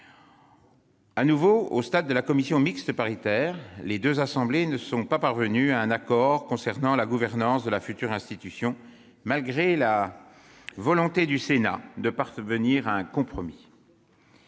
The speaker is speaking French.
De nouveau, au stade de la commission mixte paritaire, les deux assemblées ne sont pas parvenues à un accord concernant la gouvernance de la future institution, malgré la volonté du Sénat d'aboutir à un compromis.